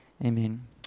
Amen